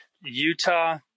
Utah